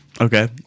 Okay